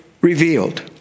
revealed